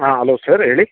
ಹಾಂ hello sir ಹೇಳಿ